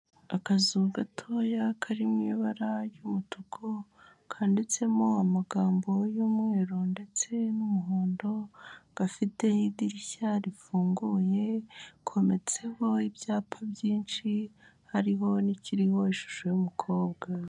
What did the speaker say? Akazu gatoya kari mu ibara ry'umutuku, kandiwanditsemo amagambo y'umweru ndetse n'umuhondo, gafite idirishya rifunguye, kometseho ibyapa byinshi, hariho n'ikiriho ishusho y'umukobwa.